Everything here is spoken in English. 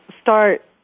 start